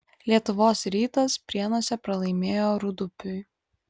lietuvos rytas prienuose pralaimėjo rūdupiui